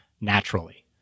naturally